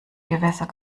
gewässer